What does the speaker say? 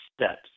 steps